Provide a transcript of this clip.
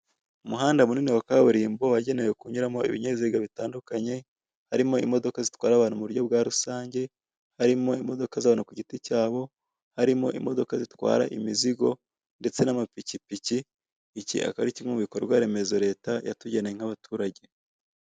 Umuhanda munini wa kaburimbo wagenewe kunyuramo ibinyabiziga bitandukanye harimo imodoka zitwara abantu mu buryo bwa rusange, harimo imodoka z'abantu ku giti cyabo, harimo imodoka zitwara imizigo ndetse n'amapikipiki. Iki akaba ari kimwe mu bikorwa remezo Leta yatugeneye nk'abaturage.